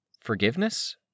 Forgiveness